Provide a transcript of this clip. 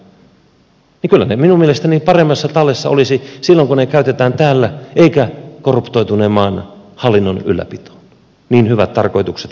kyllä ne minun mielestäni paremmassa tallessa olisivat silloin kun ne käytetään täällä eikä korruptoituneen maan hallinnon ylläpitoon niin hyvät tarkoitukset kuin siellä onkin